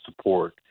support